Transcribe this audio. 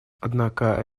однако